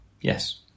Yes